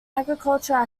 agricultural